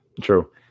true